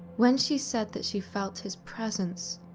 when she said that she felt his presence,